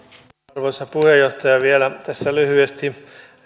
arvoisa puheenjohtaja vielä tässä lyhyesti